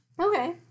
okay